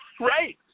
Right